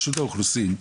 לרשות האוכלוסין,